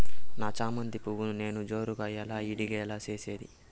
నా చామంతి పువ్వును నేను జోరుగా ఎలా ఇడిగే లో చేసేది?